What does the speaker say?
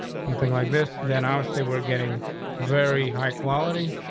something like this, then i was they were getting very high quality.